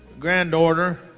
granddaughter